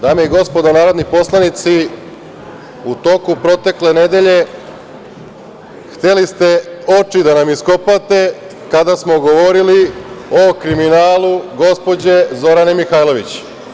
Dame i gospodo narodni poslanici, u toku protekle nedelje hteli ste oči da nam iskopate kada smo govorili o kriminalu gospođe Zorane Mihajlović.